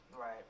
Right